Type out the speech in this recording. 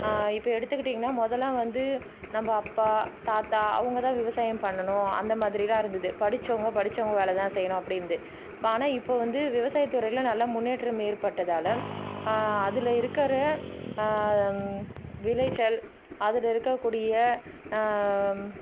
இப்போ எடுத்துக்கிட்டிங்கனா மொதல்லாம் வந்து நம்ப அப்பா தாத்தா அவங்க தான் விவசாயம் பண்ணனும் அந்த மாதிரிலாம் இருந்துது படிச்சவங்க படிச்சவங்க வேலை தான் செய்யனும் அப்படிந்து ஆனால் இப்போ வந்து விவசாயத்துறையில் நல்ல முன்னேற்றம் ஏற்பட்டதால் அதில் இருக்கிற விளைச்சல் அதில் இருக்கக்கூடிய